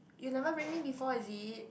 you never bring me before is it